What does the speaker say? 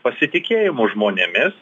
pasitikėjimu žmonėmis